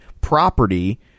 property